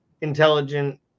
intelligent